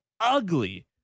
ugly